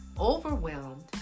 overwhelmed